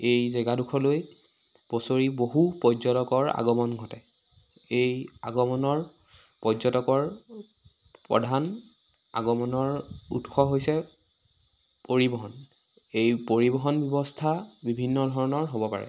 এই জেগাডোখৰলৈ বছৰি বহু পৰ্যটকৰ আগমন ঘটে এই আগমনৰ পৰ্যটকৰ প্ৰধান আগমনৰ উৎস হৈছে পৰিৱহণ এই পৰিৱহণ ব্যৱস্থা বিভিন্ন ধৰণৰ হ'ব পাৰে